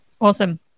Awesome